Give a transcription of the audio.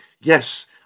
yes